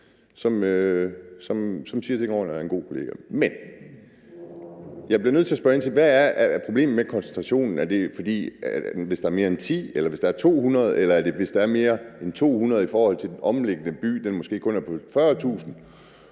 og er en god kollega. Men jeg bliver nødt til at spørge ind til, hvad problemet med koncentrationen er. Er det, hvis der er mere end 10, hvis der er 200, eller hvis der er mere end 200, samtidig med at der i den omliggende by måske kun bor 40.000?